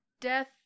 death